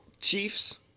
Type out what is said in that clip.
Chiefs